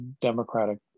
democratic